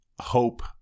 hope